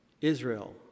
Israel